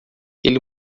ele